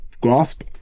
grasp